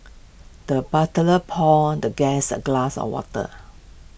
the butler poured the guest A glass of water